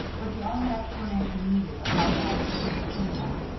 was the only explanation needed of how matters stood between them.